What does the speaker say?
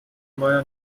maja